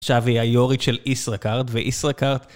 עכשיו היא היור"ית של אישרה-קארד, ואישרה-קארד...